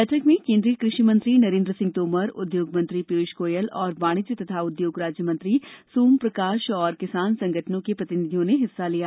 बैठक में केन्द्रीय कृषि मंत्री नरेन्द्र सिंह तोमर उद्योग मंत्री पीयूष गोयल और वाणिज्य तथा उद्योग राज्य मंत्री सोम प्रकाश और किसान संगठनों के प्रतिनिधियों ने हिस्सा लिया